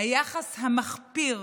היחס המחפיר